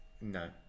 no